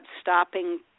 stopping